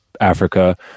Africa